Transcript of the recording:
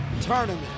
tournament